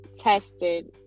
tested